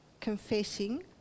confessing